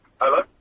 Hello